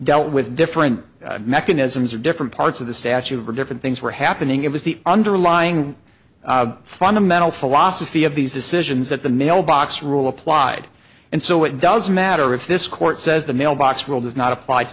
dealt with different mechanisms or different parts of the statute for different things were happening it was the underlying fundamental philosophy of these decisions that the mailbox rule applied and so it doesn't matter if this court says the mailbox rule does not a